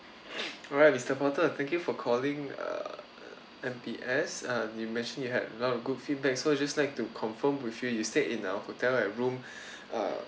alright mister porter thank you for calling uh M_B_S um you mentioned you had a lot of good feedback so just like to confirm with you you stayed in our hotel at room err